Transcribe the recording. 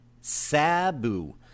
Sabu